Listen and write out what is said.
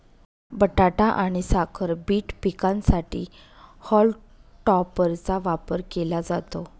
बटाटा आणि साखर बीट पिकांसाठी हॉल टॉपरचा वापर केला जातो